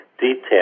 detail